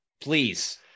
Please